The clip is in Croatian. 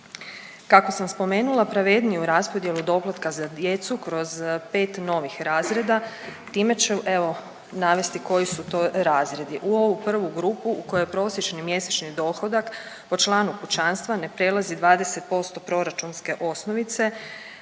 Kako sam spomenula pravedniju raspodjelu doplatka za djecu kroz 5 novih razreda time ću evo navesti koji su to razredi. U ovu prvu grupu u kojoj prosječni mjesečni dohodak po članu kućanstva ne prelazi 20% proračunske osnovice,